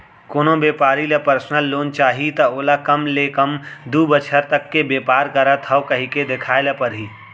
कोनो बेपारी ल परसनल लोन चाही त ओला कम ले कम दू बछर तक के बेपार करत हँव कहिके देखाए ल परही